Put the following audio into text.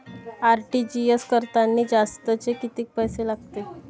RTGS करतांनी जास्तचे कितीक पैसे लागते?